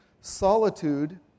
Solitude